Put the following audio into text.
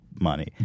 money